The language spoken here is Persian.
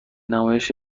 نمایش